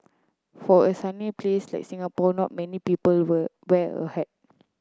for a sunny place like Singapore not many people were wear a hat